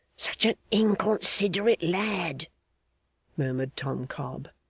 such a inconsiderate lad murmured tom cobb.